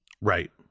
Right